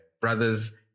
brothers